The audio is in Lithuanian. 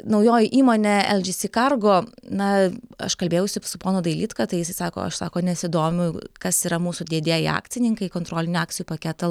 naujoji įmonė el dži si kargo na aš kalbėjausi su ponu dailydka tai jisai sako aš sako nesidomiu kas yra mūsų didieji akcininkai kontrolinį akcijų paketą